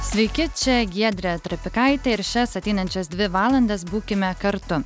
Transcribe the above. sveiki čia giedrė trapikaitė ir šias ateinančias dvi valandas būkime kartu